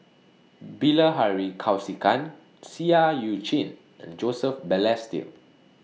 Bilahari Kausikan Seah EU Chin and Joseph Balestier